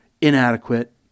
inadequate